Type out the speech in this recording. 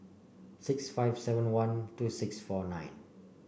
six five seven one two six four nine